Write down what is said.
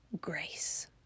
grace